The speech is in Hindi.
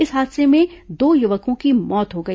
इस हादसे में दो युवकों की मौत हो गई